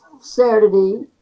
Saturday